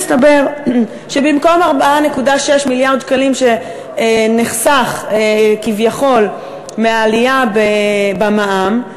מסתבר שבמקום 4.6 מיליארד שקלים שנחסוך כביכול מהעלייה במע"מ,